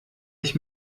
ich